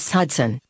Hudson